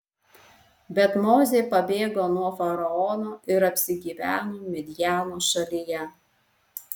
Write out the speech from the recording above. bet mozė pabėgo nuo faraono ir apsigyveno midjano šalyje